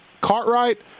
Cartwright